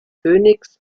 phoenix